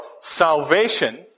salvation